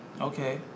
Okay